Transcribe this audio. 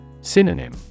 Synonym